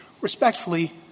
Respectfully